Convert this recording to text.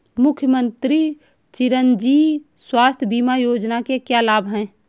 मुख्यमंत्री चिरंजी स्वास्थ्य बीमा योजना के क्या लाभ हैं?